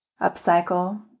upcycle